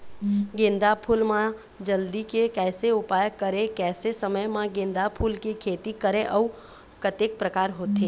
गेंदा फूल मा जल्दी के कैसे उपाय करें कैसे समय मा गेंदा फूल के खेती करें अउ कतेक प्रकार होथे?